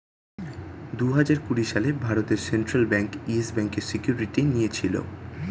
দুহাজার কুড়ি সালে ভারতের সেন্ট্রাল ব্যাঙ্ক ইয়েস ব্যাঙ্কের সিকিউরিটি নিয়েছিল